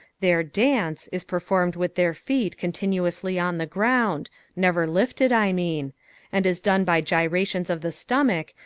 their dance is performed with their feet continuously on the ground never lifted, i mean and is done by gyrations of the stomach,